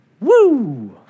Woo